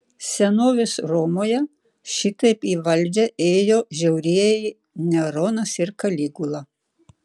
senovės romoje šitaip į valdžią ėjo žiaurieji neronas ir kaligula